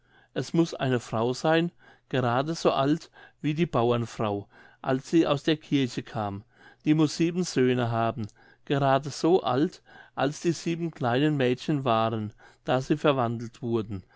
es muß eine frau seyn gerade so alt wie die bauernfrau als sie aus der kirche kam die muß sieben söhne haben gerade so alt als die sieben kleinen mädchen waren da sie verwandelt wurden